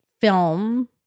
film